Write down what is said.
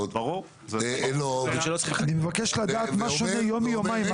אני מבקש לדעת מה שונה יום מיומיים.